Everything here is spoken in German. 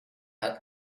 hat